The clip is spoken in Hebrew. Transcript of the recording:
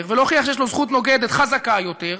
ולהוכיח שיש לו זכות נוגדת חזקה יותר,